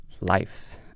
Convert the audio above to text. life